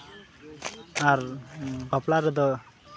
ᱟᱨ ᱵᱟᱯᱞᱟ ᱨᱮᱫᱚ